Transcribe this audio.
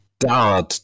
dad